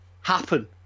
happen